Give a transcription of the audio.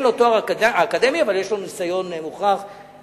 לו תואר אקדמי אבל יש לו ניסיון מוכח וכדומה.